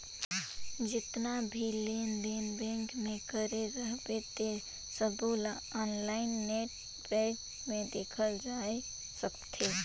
जेतना भी लेन देन बेंक मे करे रहबे ते सबोला आनलाईन नेट बेंकिग मे देखल जाए सकथे